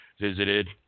visited